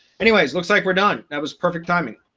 anyways, looks like we're done. that was perfect timing.